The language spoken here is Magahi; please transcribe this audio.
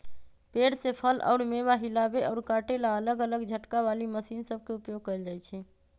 पेड़ से फल अउर मेवा हिलावे अउर काटे ला अलग अलग झटका वाली मशीन सब के उपयोग कईल जाई छई